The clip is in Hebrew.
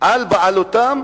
על בעלותם